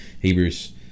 hebrews